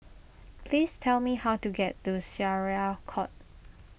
please tell me how to get to Syariah Court